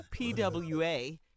PWA